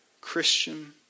Christian